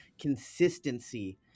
consistency